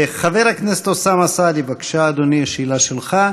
חבר הכנסת אוסאמה סעדי, בבקשה, אדוני, השאלה שלך.